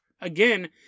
again